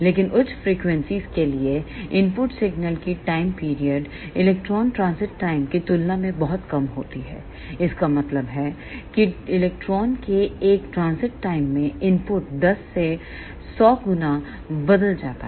लेकिन उच्च फ्रीक्वेंसीयों के लिए इनपुट सिग्नल की time period electron transit time की तुलना में बहुत कम होती है इसका मतलब है कि इलेक्ट्रॉन के एक ट्रांजिट टाइम में इनपुट 10 से 100 गुना बदल जाता है